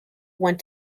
went